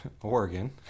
Oregon